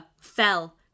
fell